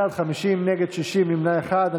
בעד, 50, נגד, 60, נמנע אחד.